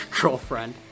girlfriend